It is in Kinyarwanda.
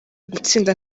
gutsinda